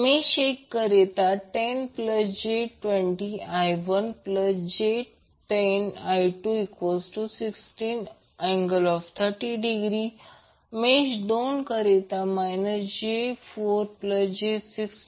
मेष 1 करिता 10j20I1j10I260∠30° मेष 2 करिता j4j16I2j10I10⇒I1 1